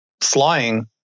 flying